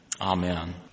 Amen